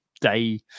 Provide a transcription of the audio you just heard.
day